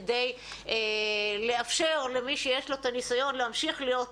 כדי לאפשר למי שיש לו את הניסיון להמשיך להיות,